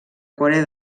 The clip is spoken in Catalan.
corea